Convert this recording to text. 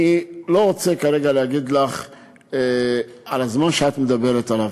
אני לא רוצה כרגע להגיד לך על הזמן שאת מדברת עליו.